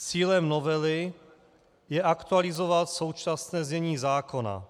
Cílem novely je aktualizovat současné znění zákona.